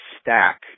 stack